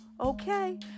Okay